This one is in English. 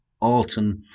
Alton